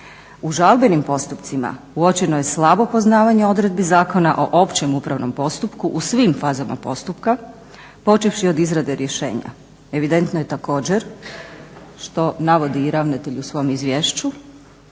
U žalbenim postupcima uočeno je slabo poznavanje odredbi Zakona o općem upravnom postupku u svim fazama postupka počevši od izrade rješenja. Evidentno je također što navodi i ravnatelj u svom izvješću